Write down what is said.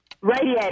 Radiator